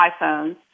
iPhones